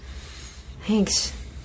Thanks